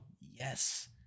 yes